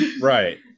Right